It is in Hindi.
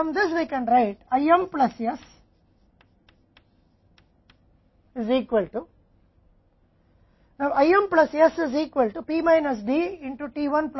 तो इससे हम लिख सकते हैं कि IM plus s P minus D के बराबर t 1 प्लस t 2 में है